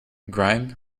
grime